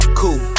cool